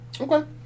Okay